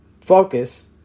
focus